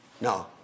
No